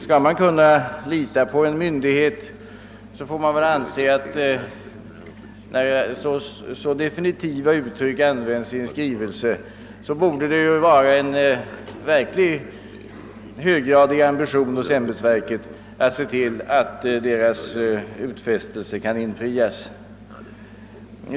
Skall man kunna lita på en myndighet, får man väl anse att när ett så definitivt uttryck användes i en skrivelse, ämbetsverket borde ha haft en verkligt höggradig ambition att se till att utfästelsen blev infriad.